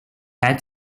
had